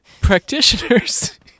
practitioners